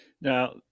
Now